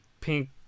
pink